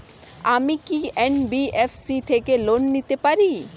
আমি কি এন.বি.এফ.সি থেকে লোন নিতে পারি?